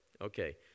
okay